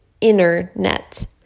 internet